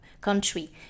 country